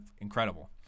incredible